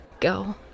go